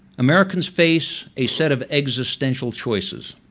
americans face a set of existential choices.